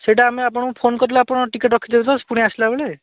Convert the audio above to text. ସେଇଟା ଆମେ ଆପଣଙ୍କୁ ଫୋନ କରିଦେଲେ ଆପଣ ଟିକେଟ୍ ରଖିଥିବେ ତ ପୁଣି ଆସିଲା ବେଳେ